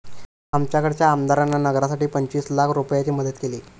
आमच्याकडच्या आमदारान नगरासाठी पंचवीस लाख रूपयाची मदत केली